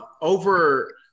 over